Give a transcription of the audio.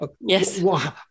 Yes